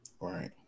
Right